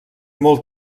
molt